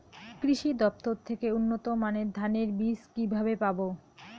কৃষি দফতর থেকে উন্নত মানের ধানের বীজ কিভাবে পাব?